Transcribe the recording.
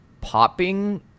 popping